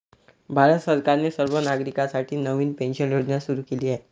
भारत सरकारने सर्व नागरिकांसाठी नवीन पेन्शन योजना सुरू केली आहे